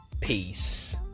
Peace